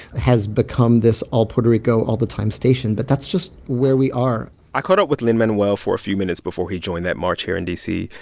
has become this all-puerto-rico-all-the-time station. but that's just where we are i caught up with lin-manuel for a few minutes before he joined that march here in d c.